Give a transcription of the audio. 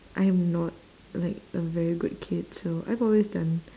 I am not like a very good kid so I've always done